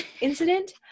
Incident